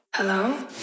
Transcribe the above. Hello